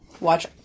watch